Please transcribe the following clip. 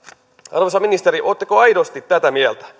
arvoisa ministeri oletteko aidosti tätä mieltä